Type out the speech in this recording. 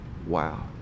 Wow